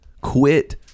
Quit